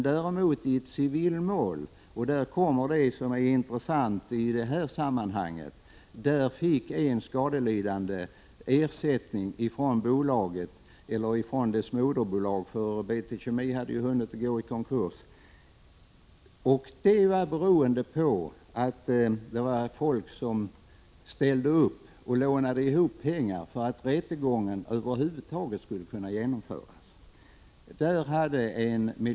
Däremot fick i ett civilmål en skadelidande ersättning från bolaget — eller från moderbolaget, för BT Kemi hade ju då hunnit gå i konkurs. Och att den Prot. 1985/86:125 rättegången blev av berodde på att folk ställde upp och lånade ihop pengar.